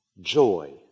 joy